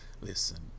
Listen